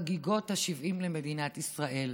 חגיגות ה-70 למדינת ישראל.